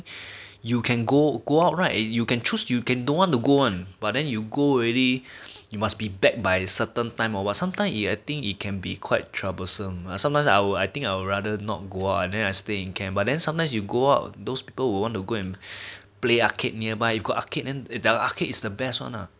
you can go go out right you can choose you can don't want to go one but then you go already you must be back by certain time or what sometimes you I think we can be quite troublesome lah sometimes I will I think I would rather not go out then I stay in camp but then sometimes you go out those people will want to go and play arcade nearby you go arcade then the arcade is the best one lah